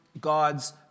God's